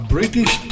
British